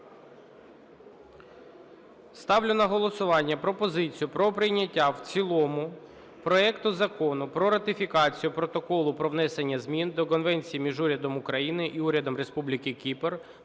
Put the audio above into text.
Ставлю на голосування пропозицію про прийняття в цілому проект Закону про ратифікацію Протоколу про внесення змін до Конвенції між Урядом України і Урядом Республіки Кіпр